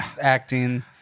Acting